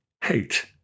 hate